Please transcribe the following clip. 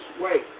wait